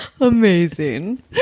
Amazing